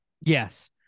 Yes